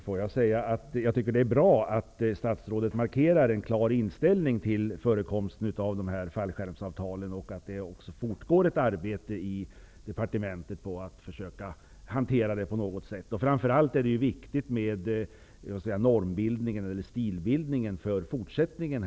Fru talman! Det är bra att statsrådet markerar en klar inställning till förekomsten av fallskärmsavtalen och att det fortgår ett arbete i departementet för att försöka hantera detta. Det är framför allt viktigt med stilbildningen inför framtiden.